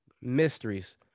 mysteries